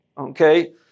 okay